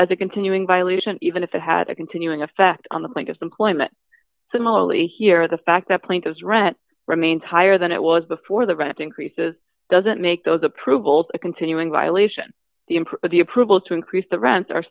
as a continuing violation even if it had a continuing effect on the plaintiff's employment similarly here the fact that plaintiff's rent remains higher than it was before the rent increases doesn't make those approvals a continuing violation of the approval to increase the rents are